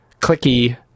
clicky